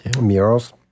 Mirrors